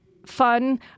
fun